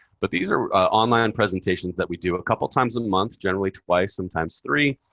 but these are online presentations that we do a couple of times a month generally twice, sometimes three